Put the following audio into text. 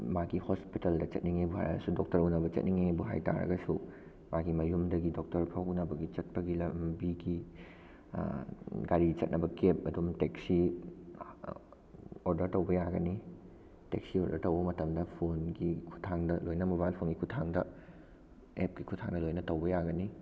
ꯃꯥꯒꯤ ꯍꯣꯁꯄꯤꯇꯥꯜꯗ ꯆꯠꯅꯤꯡꯉꯦꯕꯨ ꯍꯥꯏꯔꯁꯨ ꯗꯣꯛꯇꯔ ꯎꯅꯕ ꯆꯠꯅꯤꯡꯉꯦꯕꯨ ꯍꯥꯏ ꯇꯥꯔꯒꯁꯨ ꯃꯥꯒꯤ ꯃꯌꯨꯝꯗꯒꯤ ꯗꯣꯛꯇꯔ ꯐꯥꯎ ꯎꯅꯕꯒꯤ ꯆꯠꯄꯒꯤ ꯂꯝꯕꯤꯒꯤ ꯒꯥꯔꯤ ꯆꯠꯅꯕ ꯀꯦꯕ ꯑꯗꯨꯝ ꯇꯦꯛꯁꯤ ꯑꯣꯗꯔ ꯇꯧꯕ ꯌꯥꯒꯅꯤ ꯇꯦꯛꯁꯤ ꯑꯣꯗꯔ ꯇꯧꯕ ꯃꯇꯝꯗ ꯐꯣꯟꯒꯤ ꯈꯨꯠꯊꯥꯡꯗ ꯂꯣꯏꯅ ꯃꯣꯕꯥꯏꯜ ꯐꯣꯟꯒꯤ ꯈꯨꯠꯊꯥꯡꯗ ꯑꯦꯞꯀꯤ ꯈꯨꯠꯊꯥꯡꯗ ꯂꯣꯏꯅ ꯇꯧꯕ ꯌꯥꯒꯅꯤ